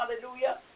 Hallelujah